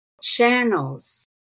channels